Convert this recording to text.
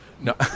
No